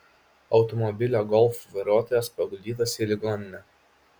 automobilio golf vairuotojas paguldytas į ligoninę